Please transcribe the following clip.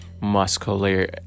muscular